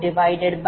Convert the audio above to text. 509